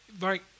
Right